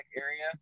area